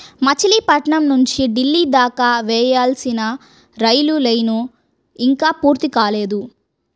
మచిలీపట్నం నుంచి ఢిల్లీ దాకా వేయాల్సిన రైలు లైను ఇంకా పూర్తి కాలేదు